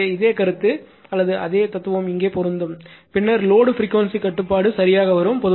எனவே இதே கருத்து அல்லது அதே தத்துவம் இங்கே பொருந்தும் பின்னர் லோடுப்ரீக்வென்சி கட்டுப்பாடு சரியாக வரும்